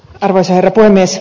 arvoisa herra puhemies